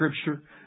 Scripture